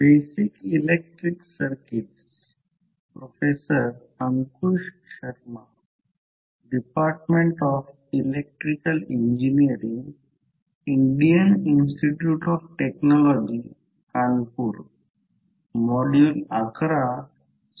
तर पुढे आपण म्युचुअली कपलड कॉइलचा रिफ्लेक्टड इम्पेडन्स पाहू आणि त्यानंतर नुमेरिकल्स पाहू